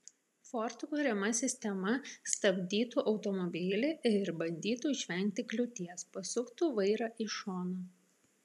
ford kuriama sistema stabdytų automobilį ir bandytų išvengti kliūties pasuktų vairą į šoną